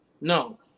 No